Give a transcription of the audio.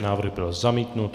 Návrh byl zamítnut.